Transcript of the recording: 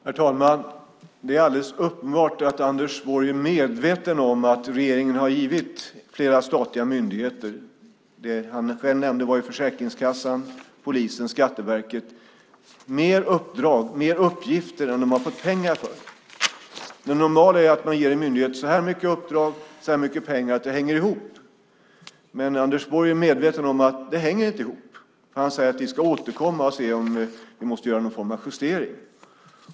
Herr talman! Det är alldeles uppenbart att Anders Borg är medveten om att regeringen har givit flera statliga myndigheter - han nämnde själv Försäkringskassan, polisen och Skatteverket - mer uppdrag och uppgifter än vad de har fått pengar för. Det normala är att de uppdrag och de pengar som man ger en myndighet hänger ihop. Men Anders Borg är medveten om att det inte hänger ihop. Han säger att man ska återkomma och se om man måste göra någon form av justering.